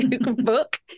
book